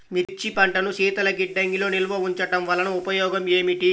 మిర్చి పంటను శీతల గిడ్డంగిలో నిల్వ ఉంచటం వలన ఉపయోగం ఏమిటి?